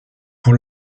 pour